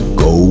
go